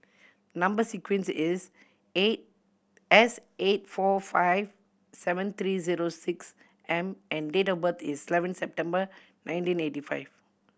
number sequence is A S eight four five seven three zero six M and date of birth is eleven September nineteen eighty five